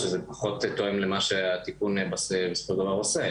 שזה פחות תואם למה שהתיקון בסופו של דבר עוסק.